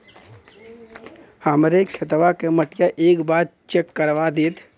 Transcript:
हमरे खेतवा क मटीया एक बार चेक करवा देत?